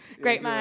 Great